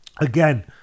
again